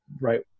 right